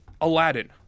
Aladdin